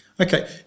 Okay